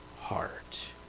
heart